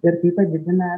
ir tai padidina